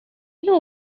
know